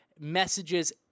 messages